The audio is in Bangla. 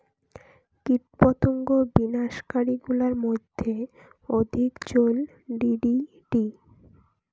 কীটপতঙ্গ বিনাশ কারী গুলার মইধ্যে অধিক চৈল ডি.ডি.টি